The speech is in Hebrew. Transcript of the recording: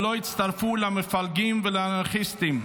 ולא הצטרפו למפלגים ולאנרכיסטים.